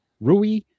Rui